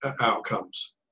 outcomes